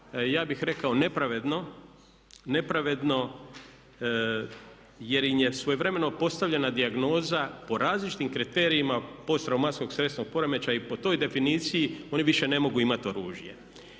ja bih rekao nepravedno, nepravedno jer im je svojevremeno postavljena dijagnoza po različitim kriterijama PTSP-a i po toj definiciji oni više ne mogu imati oružje.